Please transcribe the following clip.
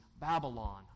Babylon